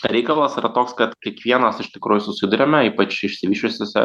reikalas yra toks kad kiekvienas iš tikrųjų susiduriame ypač išsivysčiusiose